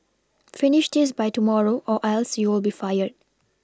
finish this by tomorrow or else you'll be fired